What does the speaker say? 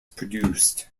produced